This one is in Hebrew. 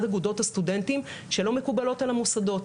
אגודות הסטודנטים שלא מקובלות על המוסדות.